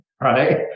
right